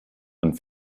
und